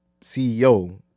CEO